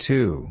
Two